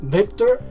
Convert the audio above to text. Victor